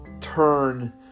turn